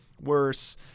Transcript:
worse